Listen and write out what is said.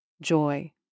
joy